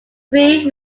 three